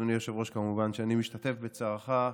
אדוני היושב-ראש, כמובן, אני משתתף בצערך.